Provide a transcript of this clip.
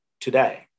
today